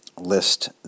list